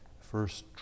first